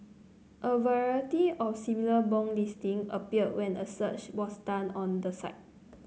a variety of similar bong listing appeared when a search was done on the site